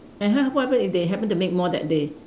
and ha~ what happen if they happen to make more that day